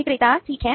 विक्रेता ठीक है